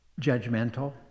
judgmental